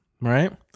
right